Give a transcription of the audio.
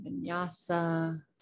vinyasa